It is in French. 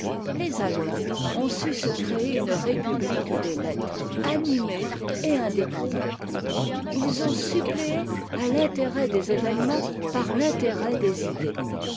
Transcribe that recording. les allemands ont su se créer une république des lettres animée et indépendante ils ont suppléé à l'intérêt des événements par l'intérêt des idées